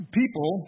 people